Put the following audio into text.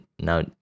now